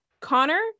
Connor